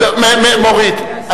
מוריד.